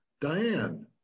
diane